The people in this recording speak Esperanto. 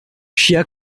ŝia